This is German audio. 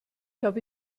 habe